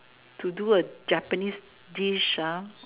to do a Japanese dish ah